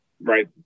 right